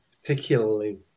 particularly